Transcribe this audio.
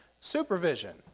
supervision